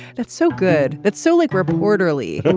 that's so good. that's solely group orderly.